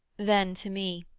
then to me,